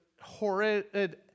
horrid